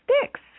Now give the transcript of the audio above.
sticks